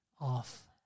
off